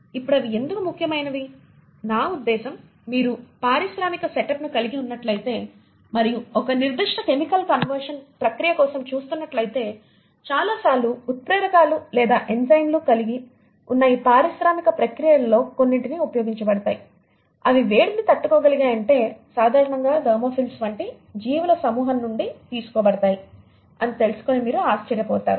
ఇప్పుడు అవి ఎందుకు ముఖ్యమైనవి నా ఉద్దేశ్యం మీరు పారిశ్రామిక సెటప్ని కలిగి ఉన్నట్లయితే మరియు ఒక నిర్దిష్ట కెమికల్ కన్వర్షన్ ప్రక్రియ కోసం చూస్తున్నట్లయితే చాలా సార్లు ఉత్ప్రేరకాలు లేదా ఎంజైమ్లు ఈ పారిశ్రామిక ప్రక్రియలలో కొన్నింటిలో ఉపయోగించబడతాయి అవి వేడిని తట్టుకోగలగాలంటే సాధారణంగా థర్మోఫిల్స్ వంటి జీవుల సమూహం నుండి తీసుకోబడతాయి అని తెలుసుకుని మీరు ఆశ్చర్యపోతారు